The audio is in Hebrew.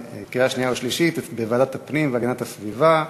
שנייה ושלישית בוועדת הפנים והגנת הסביבה.